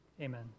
Amen